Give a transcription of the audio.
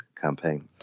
campaign